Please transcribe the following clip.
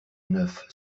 neuf